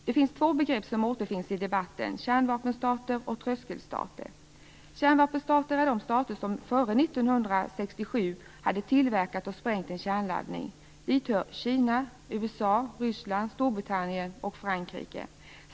Det är två begrepp som återfinns i debatten: kärnvapenstater och tröskelstater. Kärnvapenstater är de stater som före 1967 hade tillverkat och sprängt en kärnladdning. Dit hör Kina, USA, Ryssland, Storbritannien och Frankrike.